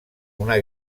una